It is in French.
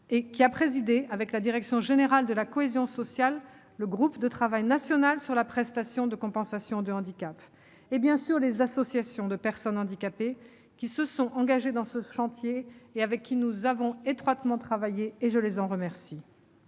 qui a présidé avec l'aide de la direction générale de la cohésion sociale le groupe de travail national sur la prestation de compensation du handicap, et les associations de personnes handicapées qui se sont engagées dans ce chantier et avec qui nous avons étroitement travaillé. Le second porte